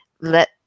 let